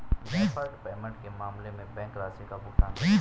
deferred payment के मामले में बैंक राशि का भुगतान करेगा